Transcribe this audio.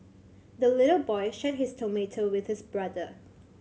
the little boy shared his tomato with his brother